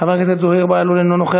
חבר הכנסת זוהיר בהלול, אינו נוכח.